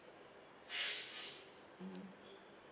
mm